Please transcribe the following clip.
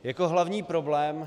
Jako hlavní problém...